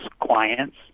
clients